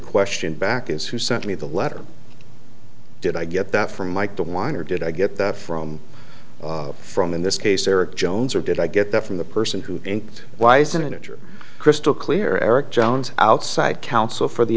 question back is who sent me the letter did i get that from mike de wine or did i get that from from in this case eric jones or did i get that from the person who and why senator crystal clear eric jones outside counsel for the